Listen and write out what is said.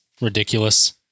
ridiculous